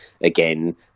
again